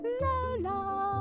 Lola